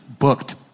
booked